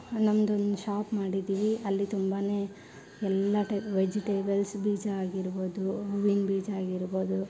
ನಮ್ದೊಂದು ಶಾಪ್ ಮಾಡಿದೀವಿ ಅಲ್ಲಿ ತುಂಬಾ ಎಲ್ಲ ವೆಜಿಟೇಬಲ್ಸ್ ಬೀಜ ಆಗಿರ್ಬೋದು ಹೂವಿನ ಬೀಜ ಆಗಿರ್ಬೋದು